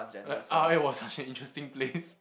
like R_I was such an interesting place